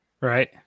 Right